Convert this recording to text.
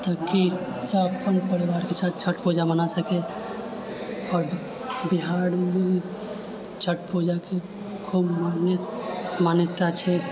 ताकि सब अपन परिवारके साथ छठ पूजा मना सकै आओर बिहारमे छठ पूजाके खूब मान्यता छै